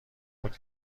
بود